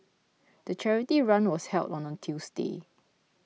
the charity run was held on a Tuesday